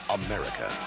america